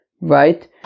right